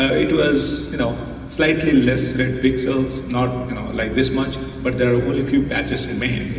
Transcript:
it was you know slightly less and pixels, not like this much, but very few patches remain